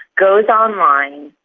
goes online,